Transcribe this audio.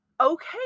okay